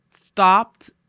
stopped